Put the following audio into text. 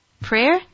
prayer